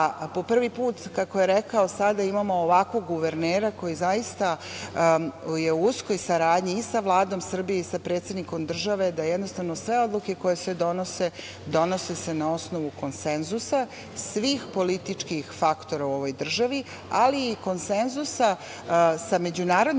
po prvi put sada imamo ovakvog guvernera koji zaista je u uskoj saradnji i sa Vladom Srbije i sa predsednikom države, da sve odluke koje se donose donose se na osnovu konsenzusa svih političkih faktora u ovoj državi, ali i konsenzusa sa međunarodnim